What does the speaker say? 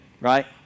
Right